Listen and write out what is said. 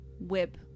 whip